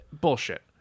Bullshit